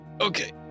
okay